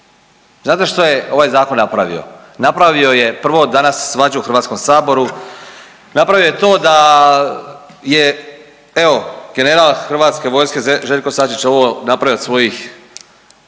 Znate što je ovaj Zakon napravio? Napravio je prvo danas svađu u HS-u, napravio je to da je, evo, general Hrvatske vojske Željko Sačić ovo napravio od svojih